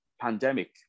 pandemic